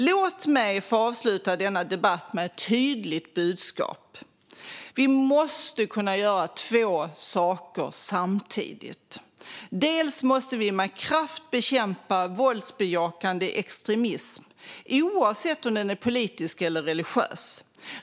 Låt mig få avsluta denna debatt med ett tydligt budskap: Vi måste kunna göra två saker samtidigt. Vi måste med kraft bekämpa våldsbejakande extremism, oavsett om den är politisk eller religiös.